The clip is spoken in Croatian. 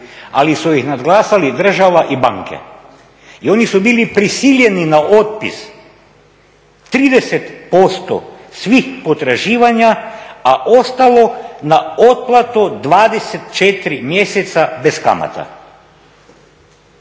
ali su ih nadglasali država i banke. I oni su bili prisiljeni na otpis 30% svih potraživanja, a ostalo na otplatu 24 mjeseca bez kamata.